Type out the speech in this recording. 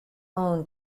own